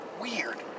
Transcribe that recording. weird